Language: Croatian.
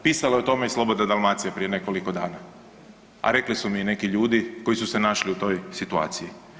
Pisala je o tome i Slobodna Dalmacija prije nekoliko dana, a rekli su mi i neki ljudi koji su se našli u toj situaciji.